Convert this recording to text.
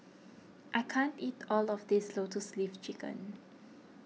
I can't eat all of this Lotus Leaf Chicken